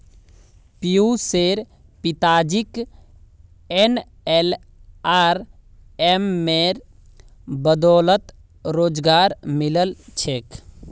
पियुशेर पिताजीक एनएलआरएमेर बदौलत रोजगार मिलील छेक